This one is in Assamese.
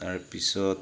তাৰপিছত